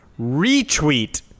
retweet